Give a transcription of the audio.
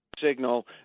signal